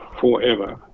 forever